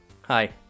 Hi